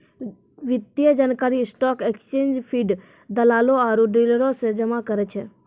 वित्तीय जानकारी stock exchange feed, दलालो आरु डीलरो से जमा करै छै